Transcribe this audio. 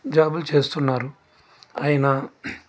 జాబులు చేస్తున్నారు అయినా